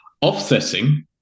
Offsetting